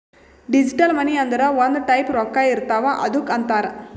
digital money ಅಂದುರ್ ಒಂದ್ type ರೊಕ್ಕಾ ಇರ್ತಾವ್ ಅದ್ದುಕ್ ಅಂತಾರ್